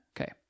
Okay